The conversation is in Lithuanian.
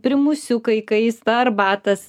primusiukai kaista arbatas